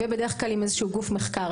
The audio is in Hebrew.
ובדרך כלל עם איזשהו גוף מחקר.